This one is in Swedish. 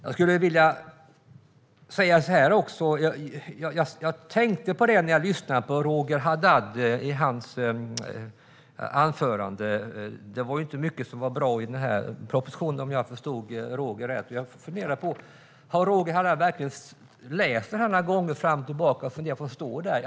Jag skulle också vilja säga det jag tänkte på när jag lyssnade på Roger Haddads anförande. Det är inte mycket som är bra i den här propositionen, om jag förstod Roger rätt. Jag funderar på om Roger Haddad verkligen har läst den några gånger från början till slut och funderat på vad som står där.